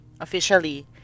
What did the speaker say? Officially